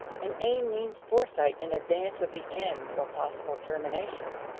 an aim means foresight in advance of the end or possible termination.